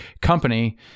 company